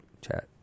chat